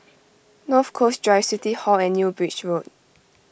North Coast Drive City Hall and New Bridge Road